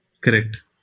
Correct